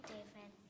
David